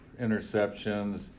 interceptions